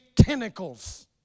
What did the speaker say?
tentacles